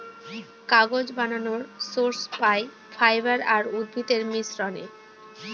কাগজ বানানর সোর্স পাই ফাইবার আর উদ্ভিদের মিশ্রনে